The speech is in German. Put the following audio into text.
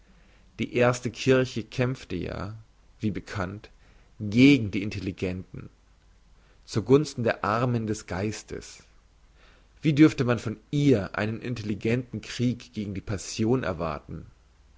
die erste kirche kämpfte ja wie bekannt gegen die intelligenten zu gunsten der armen des geistes wie dürfte man von ihr einen intelligenten krieg gegen die passion erwarten